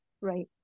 Right